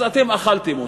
אז אתם אכלתם אותה.